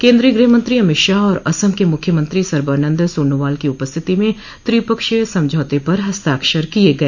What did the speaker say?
केन्द्रीय गृहमंत्री अमित शाह और असम के मुख्यमंत्रो सर्बानंद सोनोवाल की उपस्थिति में त्रिपक्षीय समझौते पर हस्ताक्षर किये गए